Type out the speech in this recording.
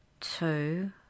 two